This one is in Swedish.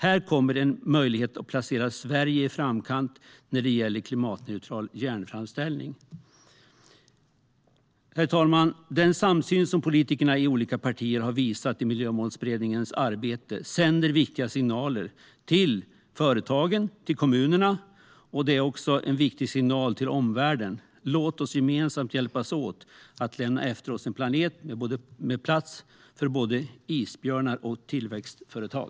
Här kommer en möjlighet att placera Sverige i framkant när det gäller klimatneutral järnframställning. Herr talman! Den samsyn som politikerna i olika partier har visat i Miljösmålsberedningens arbete sänder viktiga signaler till företagen och kommunerna. Och det är också en viktig signal till omvärlden. Låt oss gemensamt hjälpas åt att lämna efter oss en planet med plats för både isbjörnar och tillväxtföretag!